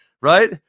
Right